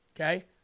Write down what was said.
okay